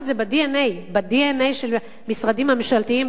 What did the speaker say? ב-DNA של משרדים ממשלתיים,